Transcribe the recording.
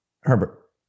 Herbert